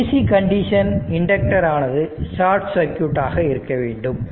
dc condition inductor ஆனது short circuit ஆக இருக்க வேண்டும்